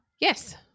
Yes